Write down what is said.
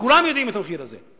וכולם יודעים את המחיר הזה.